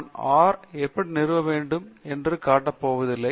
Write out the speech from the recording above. நான் ஆர் எப்படி நிறுவ என்று காட்ட போவதில்லை